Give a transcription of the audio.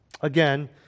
Again